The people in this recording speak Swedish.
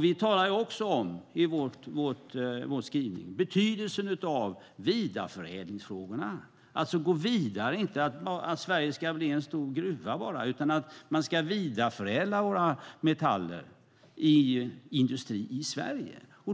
Vi talar också i vår skrivning om betydelsen av vidareförädlingsfrågorna, alltså att gå vidare, inte bara att Sverige ska bli en stor gruva utan att man ska vidareförädla våra metaller i industrin i Sverige.